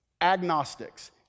agnostics